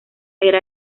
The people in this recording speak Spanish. era